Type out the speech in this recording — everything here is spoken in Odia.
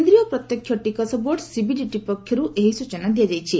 କେନ୍ଦ୍ରୀୟ ପ୍ରତ୍ୟକ୍ଷ ଟିକସ ବୋର୍ଡ ସିବିଡିଟି ପକ୍ଷରୁ ଏହି ସ୍ଟୁଚନା ଦିଆଯାଇଛି